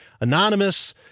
anonymous